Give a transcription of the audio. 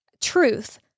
truth